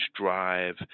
drive